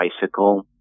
bicycle